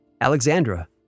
Alexandra